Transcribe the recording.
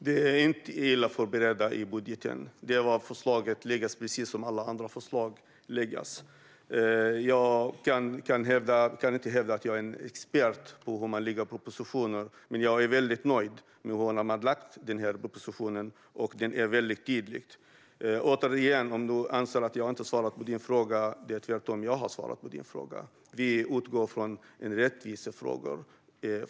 Fru talman! Förslaget i budgeten är inte illa berett. Det har beretts på precis samma sätt som alla andra förslag. Jag kan inte hävda att jag är en expert på hur man skriver propositioner, men jag är väldigt nöjd med den proposition som lagts fram. Den är väldigt tydlig. Återigen: Om du anser att jag inte har svarat på din fråga vet jag inte om jag har svarat på din fråga. Vi utgår från rättvisefrågor.